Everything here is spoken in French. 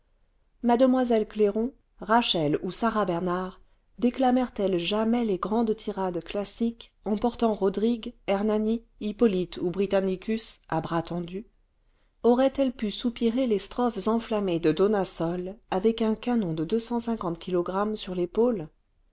mue clairon rachel on sarah bernhardt déclamèrent elles jamais les grandes tirades classiques en portant rodrigue hernani hippolyte ou britannicus à bras tendu auraient-elles pu soupirer les strophes enflammées de dona sol avec un canon de kilog sur l'épaule